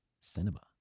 cinema